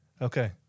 Okay